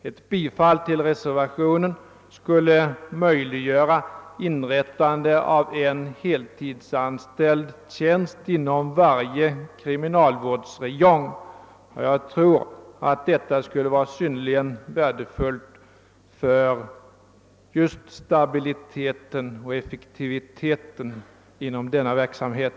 Ett bifall till reservationen skulle möjliggöra inrättande av en heltidstjänst inom varje kriminalvårdsräjong, och jag tror att det skulle vara synnerligen värdefullt för just stabiliteten och effektiviteten inom denna verksamhet.